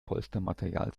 polstermaterial